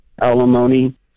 alimony